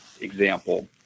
example